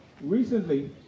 recently